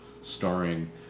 starring